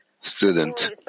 student